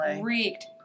wreaked